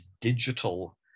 digital